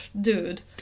dude